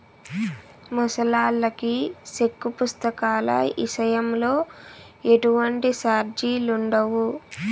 ముసలాల్లకి సెక్కు పుస్తకాల ఇసయంలో ఎటువంటి సార్జిలుండవు